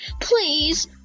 Please